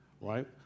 right